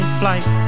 flight